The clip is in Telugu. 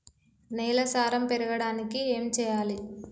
నేల సారం పెరగడానికి ఏం చేయాలి?